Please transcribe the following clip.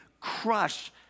crush